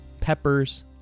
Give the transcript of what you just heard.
peppers